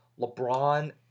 LeBron